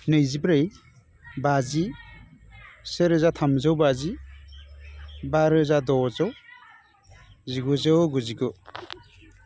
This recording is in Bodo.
नैजिब्रै बाजि सेरोजा थामजौ बाजि बा रोजा द'जौ जिगुजौ गुजिगु